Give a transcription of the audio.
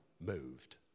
moved